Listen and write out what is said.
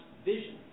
vision